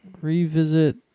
revisit